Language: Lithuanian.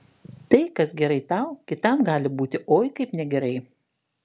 tai kas gerai tau kitam gali būti oi kaip negerai